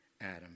Adam